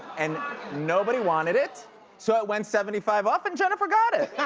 and nobody wanted it, so it went seventy five off, and jennifer got it!